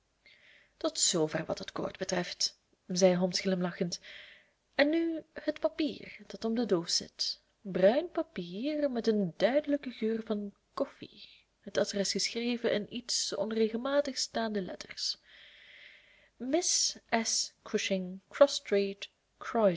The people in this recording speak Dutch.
tot zoover wat het koord betreft zei holmes glimlachend en nu het papier dat om de doos zit bruin papier met een duidelijken geur van koffie het adres geschreven in iets onregelmatig staande letters illustratie bekeek ze nauwkeurig miss s cushing